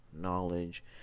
knowledge